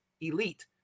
elite